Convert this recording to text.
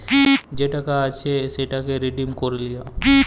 যে টাকা আছে সেটকে রিডিম ক্যইরে লিয়া